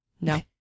No